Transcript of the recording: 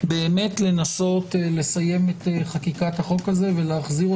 לנסות לסיים את חקיקת החוק הזה ולהחזירו